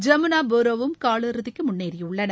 ஜமுனா போரோ வும் கால் இறுதிக்கு முன்னேறியுள்ளனர்